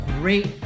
great